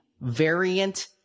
variant